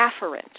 afferent